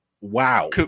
wow